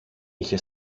είχε